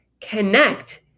connect